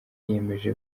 yemeza